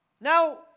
Now